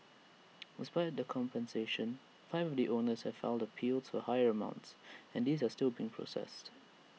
despite the compensation five of the owners have filed appeals for higher amounts and these are still being processed